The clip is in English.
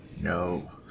No